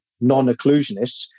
non-occlusionists